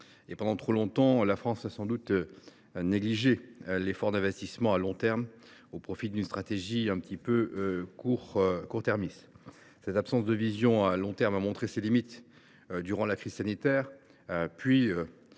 Pendant trop longtemps, la France a sans doute négligé l’effort d’investissement à long terme au profit d’une stratégie court termiste. Cette absence de vision à long terme a montré ses limites durant la crise sanitaire,